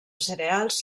cereals